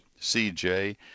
CJ